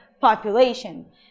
population